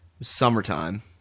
summertime